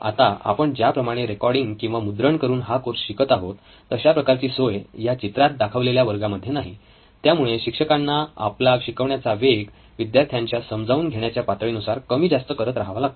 आता आपण ज्या प्रमाणे रेकॉर्डिंग किंवा मुद्रण करून हा कोर्स शिकत आहोत तशा प्रकारची सोय या चित्रात दाखवलेल्या वर्गामध्ये नाही त्यामुळे शिक्षकांना आपला शिकवण्याचा वेग विद्यार्थ्यांच्या समजावून घेण्याच्या पातळीनुसार कमी जास्त करत राहावा लागतो